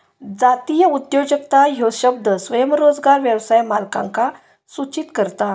जातीय उद्योजकता ह्यो शब्द स्वयंरोजगार व्यवसाय मालकांका सूचित करता